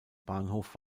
bahnhof